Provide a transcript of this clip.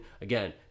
Again